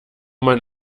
man